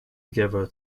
together